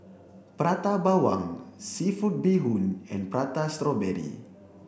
Prata Bawang seafood bee hoon and Prata Strawberry